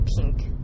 pink